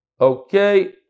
Okay